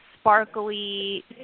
sparkly